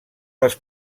les